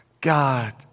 God